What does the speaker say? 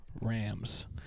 Rams